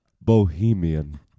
Bohemian